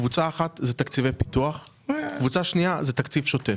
קבוצה אחת זה תקציבי פיתוח וקבוצה שנייה זה תקציב שוטף.